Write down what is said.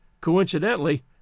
coincidentally